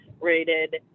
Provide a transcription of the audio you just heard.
rated